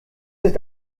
ist